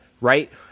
right